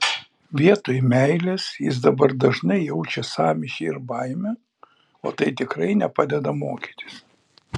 vietoj meilės jis dabar dažnai jaučia sąmyšį ir baimę o tai tikrai nepadeda mokytis